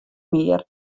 mear